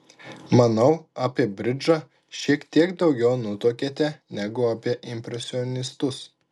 manau apie bridžą šiek tiek daugiau nutuokiate negu apie impresionistus